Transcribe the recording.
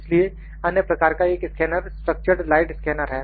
इसलिए अन्य प्रकार का एक स्कैनर स्ट्रक्चरड लाइट स्कैनर है